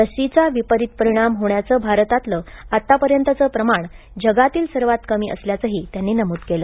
लसीचा विपरित परिणाम होण्याचं भारतातलं आतापर्यंतचं प्रमाण जगातील सर्वात कमी असल्याचंही त्यांनी नमूद केलं